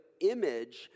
image